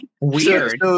Weird